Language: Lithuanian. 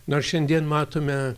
nors šiandien matome